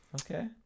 Okay